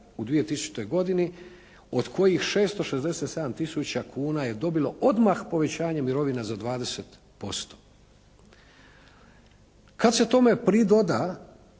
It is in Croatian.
u 2000. godini od kojih 667 tisuća kuna je dobilo odmah povećanje mirovina za 20%. Kad se tome pridoda,